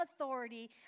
authority